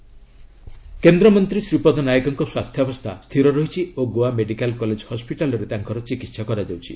ଶୀପଦ ନାଏକ କେନ୍ଦ୍ରୀମନ୍ତ୍ରୀ ଶ୍ରୀପଦ ନାଏକଙ୍କ ସ୍ୱାସ୍ଥ୍ୟାବସ୍ଥା ସ୍ଥିର ରହିଛି ଓ ଗୋଆ ମେଡ଼ିକାଲ କଲେଜ ହସ୍କିଟାଲରେ ତାଙ୍କର ଚିକିତ୍ସା କରାଯାଉଛି